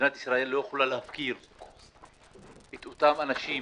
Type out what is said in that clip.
מדינת ישראל לא יכולה להפקיר את אותם אנשים